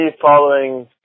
following